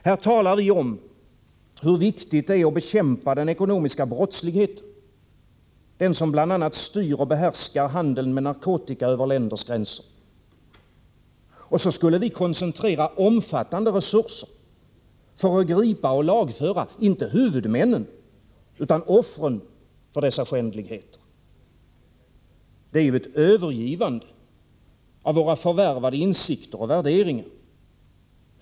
Här talar vi om hur viktigt det är att bekämpa den ekonomiska brottsligheten, den som bl.a. styr och behärskar handeln med narkotika över länders gränser. Vi skulle då koncentrera omfattande resurser för att gripa och lagföra inte huvudmännen utan offren för deras skändligheter. Detta innebär ju ett övergivande av våra förvärvade insikter och värderingar.